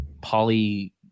poly